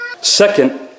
Second